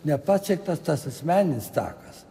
nepasiektas tas asmeninis takas